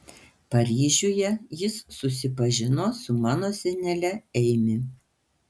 paryžiuje jis susipažino su mano senele eimi